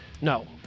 No